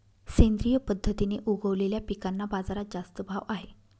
सेंद्रिय पद्धतीने उगवलेल्या पिकांना बाजारात जास्त भाव आहे